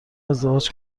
ازدواج